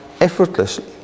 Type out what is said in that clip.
effortlessly